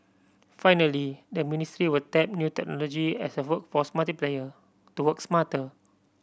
finally the ministry will tap new technology as a workforce multiplier to work smarter